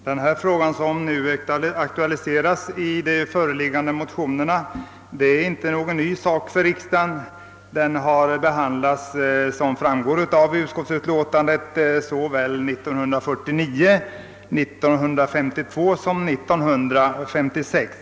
Herr talman! Det spörsmål som aktualiserats i de motioner vi nu behandlar är inte nytt för riksdagen. Som framgår av utskottets utlåtande har frågan behandlats såväl 1949 som 1952 och 1956.